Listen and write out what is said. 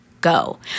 go